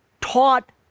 taught